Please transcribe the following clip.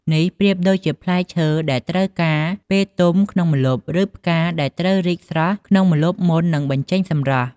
នេះប្រៀបដូចជាផ្លែឈើដែលត្រូវការពេលទុំក្នុងម្លប់ ឬផ្កាដែលត្រូវរីកស្រស់ក្នុងម្លប់មុននឹងបញ្ចេញសម្រស់។